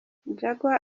jaguar